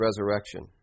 resurrection